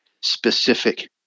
specific